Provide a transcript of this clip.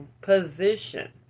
position